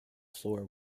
floor